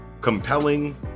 compelling